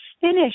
finish